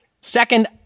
Second